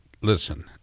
listen